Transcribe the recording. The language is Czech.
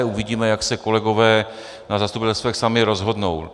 Uvidíme, jak se kolegové na zastupitelstvech sami rozhodnou.